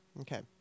okay